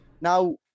Now